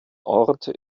orte